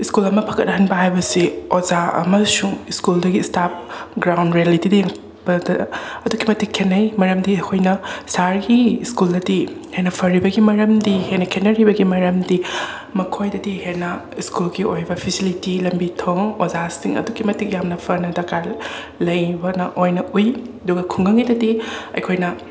school ꯑꯃ ꯐꯒꯠꯍꯟꯕ ꯍꯥꯏꯕꯁꯤ ꯑꯣꯖꯥ ꯑꯃꯁꯨꯡ ꯁ꯭ꯀꯨꯜꯗꯨꯒꯤ ꯁ꯭ꯇꯥꯐ ꯒ꯭ꯔꯥꯎꯟ ꯔꯤꯌꯦꯜꯂꯤꯇꯤꯗ ꯌꯦꯡꯉꯛꯄꯗ ꯑꯗꯨꯛꯀꯤ ꯃꯇꯤꯛ ꯈꯦꯠꯅꯩ ꯃꯔꯝꯗꯤ ꯑꯩꯈꯣꯏꯅ ꯁꯍꯔꯒꯤ ꯁ꯭ꯀꯨꯜꯗꯗꯤ ꯍꯦꯟꯅ ꯐꯔꯤꯕꯒꯤ ꯃꯔꯝꯗꯤ ꯍꯦꯟꯅ ꯈꯦꯠꯅꯔꯤꯕꯒꯤ ꯃꯔꯝꯗꯤ ꯃꯈꯣꯏꯗꯗꯤ ꯍꯦꯟꯅ ꯁ꯭ꯀꯨꯜꯒꯤ ꯑꯣꯏꯕ ꯐꯦꯁꯤꯂꯤꯇꯤ ꯂꯝꯕꯤ ꯊꯣꯡ ꯑꯣꯖꯥꯁꯤꯡ ꯑꯗꯨꯛꯀꯤ ꯃꯇꯤꯛ ꯌꯥꯝꯅ ꯐꯅ ꯗꯔꯀꯥꯔ ꯂꯩꯕꯅ ꯑꯣꯏꯅ ꯎꯏ ꯑꯗꯨꯒ ꯈꯨꯡꯒꯪꯒꯤꯗꯗꯤ ꯑꯩꯈꯣꯏꯅ